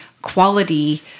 quality